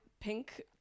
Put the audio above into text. pink